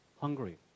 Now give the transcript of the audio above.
Hungary